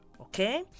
Okay